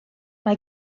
mae